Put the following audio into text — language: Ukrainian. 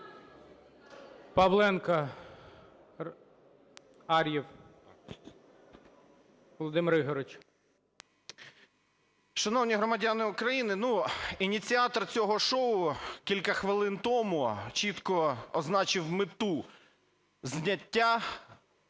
Павленко. Ар'єв Володимир Ігорович 19:02:58 АР’ЄВ В.І. Шановні громадяни України! Ініціатор цього шоу кілька хвилин тому чітко означив мету зняття